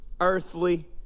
earthly